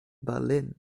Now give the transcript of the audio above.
berlin